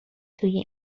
توی